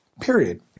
period